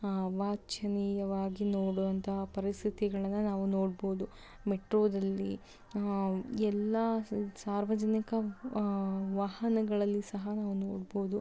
ಅವಾಚ್ಯನೀಯವಾಗಿ ನೋಡುವಂತಹ ಪರಿಸ್ಥಿತಿಗಳನ್ನು ನಾವು ನೋಡ್ಬೋದು ಮೆಟ್ರೋದಲ್ಲಿ ಎಲ್ಲ ಸಾರ್ವಜನಿಕ ವಾಹನಗಳಲ್ಲಿ ಸಹ ನಾವು ನೋಡ್ಬೋದು